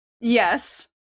Yes